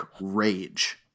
rage